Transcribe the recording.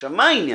עכשיו מה העניין?